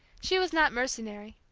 she was not mercenary.